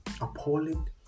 appalling